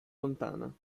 lontana